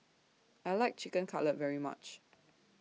I like Chicken Cutlet very much